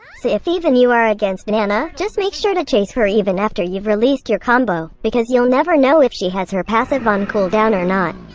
so if even you are against nana, just make sure to chase her even after you've released your combo. because you'll never know if she has her passive on cool down or not.